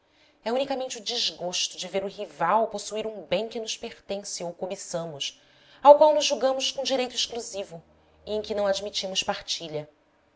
é unicamente o desgosto de ver o rival possuir um bem que nos pertence ou cobiçamos ao qual nos julgamos com direito exclusivo e em que não admitimos partilha